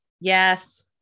yes